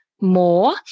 more